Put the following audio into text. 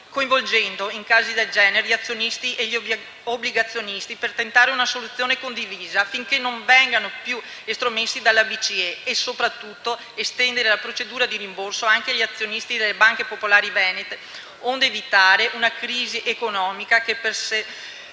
coinvolgendo, in casi del genere, gli azionisti e gli obbligazionisti per tentare una soluzione condivisa, affinché non vengano più estromessi dalla BCE. Soprattutto, mi auguro che si voglia estendere le procedure di rimborso anche agli azionisti delle banche popolari venete, onde evitare una crisi economica che peserà